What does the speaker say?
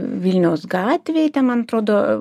vilniaus gatvėj ten man atrodo